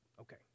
Okay